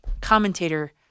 commentator